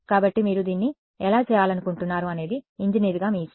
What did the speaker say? కాబట్టి మీరు దీన్ని ఎలా చేయాలనుకుంటున్నారు అనేది ఇంజనీర్గా మీ ఇష్టం